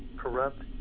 corrupt